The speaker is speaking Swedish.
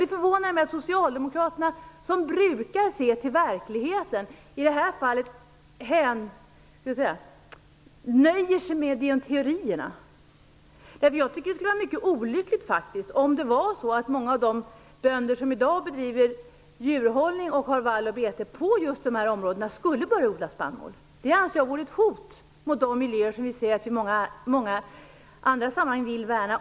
Det förvånar mig att socialdemokraterna, som brukar se till verkligheten, i detta fall nöjer sig med teorin. Det skulle vara mycket olyckligt om många av de bönder som i dag bedriver djurhållning och har vall och bete i just dessa områden skulle börja odla spannmål. Det anser jag vore ett hot mot de miljöer som vi i många andra sammanhang säger att vi vill värna.